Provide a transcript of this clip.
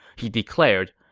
he declared,